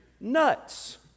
nuts